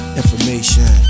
information